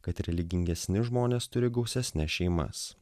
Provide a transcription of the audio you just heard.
kad religingesni žmonės turi gausesnes šeimas